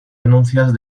denuncias